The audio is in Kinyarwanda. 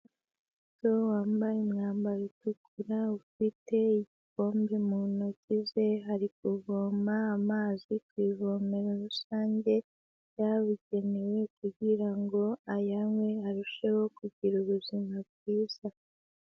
Umwanya muto wambaye imyambaro itukura ufite igikombe mu ntoki ze, ari kuvoma amazi ku ivomero rusange ryabugenewe kugira ngo ayanywe arusheho kugira ubuzima bwiza.